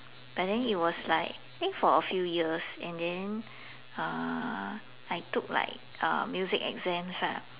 but then it was like think for a few years and then uh I took like uh music exams lah